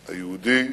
היהודי,